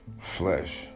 flesh